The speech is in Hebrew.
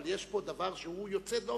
אבל יש פה דבר שהוא יוצא דופן,